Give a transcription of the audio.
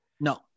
No